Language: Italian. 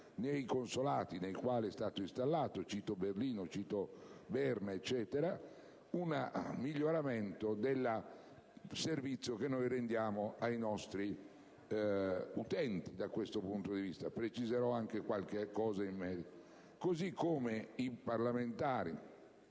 nei consolati nei quali è stato installato (cito Berlino e Berna), un miglioramento del servizio che rendiamo ai nostri utenti da questo punto di vista. Preciserò poi qualcosa in merito. I parlamentari